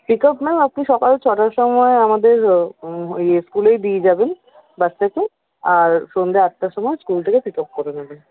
সে তো আপনার সকাল ছটার সময় আমাদের ইয়ে স্কুলে দিয়ে যাবেন বাচ্চাকে আর সন্ধ্যে আটটার সময়ে স্কুল থেকে পিক আপ করে নেবেন